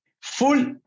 full